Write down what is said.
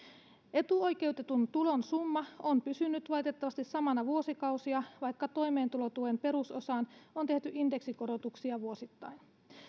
etuoikeutetun tulon summa on pysynyt valitettavasti samana vuosikausia vaikka toimeentulotuen perusosaan on tehty indeksikorotuksia vuosittain